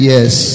Yes